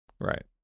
Right